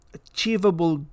achievable